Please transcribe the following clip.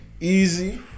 easy